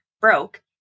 broke